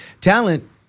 Talent